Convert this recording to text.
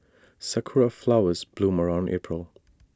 Sakura Flowers bloom around April